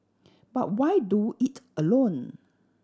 but why do it alone